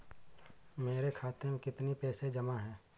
मेरे खाता में कितनी पैसे जमा हैं?